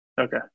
Okay